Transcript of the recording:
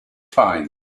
find